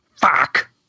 fuck